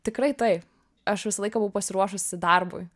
tikrai taip aš visą laiką buvau pasiruošusi darbui